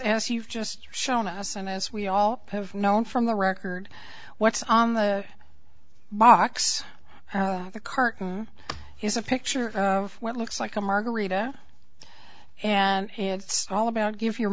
as you've just shown us and as we all have known from the record what's on the box the cart is a picture of what looks like a margarita and it's all about give your